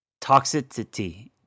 Toxicity